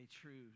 true